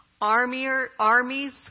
armies